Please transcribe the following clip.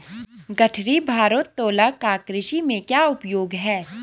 गठरी भारोत्तोलक का कृषि में क्या उपयोग है?